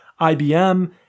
IBM